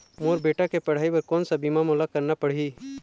मोर बेटा के पढ़ई बर कोन सा बीमा मोला करना पढ़ही?